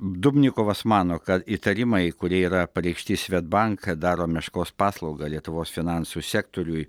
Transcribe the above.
dubnikovas mano kad įtarimai kurie yra pareikšti svedbank daro meškos paslaugą lietuvos finansų sektoriui